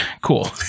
Cool